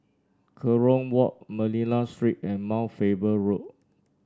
Kerong Walk Manila Street and Mount Faber Road